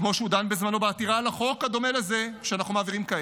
כמו שהוא דן בזמנו בעתירה לחוק הדומה לזה שאנחנו מעבירים כעת,